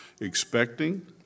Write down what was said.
expecting